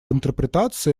интерпретации